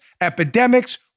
epidemics